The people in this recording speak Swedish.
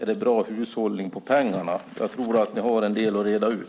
Är det bra hushållning med pengarna? Jag tror att ni har en del att reda ut.